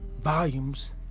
volumes